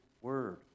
word